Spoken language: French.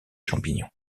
champignons